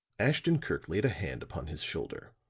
ashton-kirk laid a hand upon his shoulder.